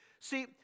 See